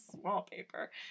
wallpaper